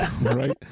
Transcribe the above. Right